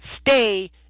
stay